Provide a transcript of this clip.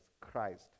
Christ